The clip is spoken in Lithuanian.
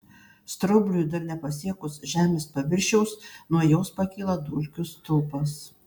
straubliui dar nepasiekus žemės paviršiaus nuo jos pakyla dulkių stulpas